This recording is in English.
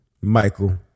Michael